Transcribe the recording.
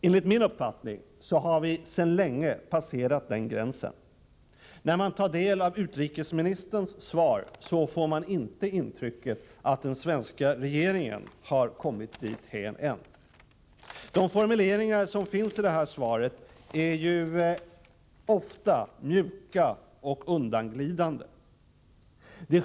Enligt min uppfattning har vi för länge sedan passerat den gränsen. När man tar del av utrikesministerns svar får man intryck av att den svenska regeringen inte har kommit dithän än. De formuleringar som finns i detta svar är ofta mjuka och undanglidande.